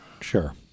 Sure